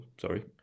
Sorry